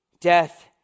Death